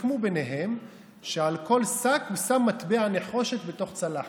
סיכמו ביניהם שעל כל שק הוא שם מטבע נחושת בתוך צלחת.